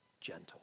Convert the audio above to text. gentle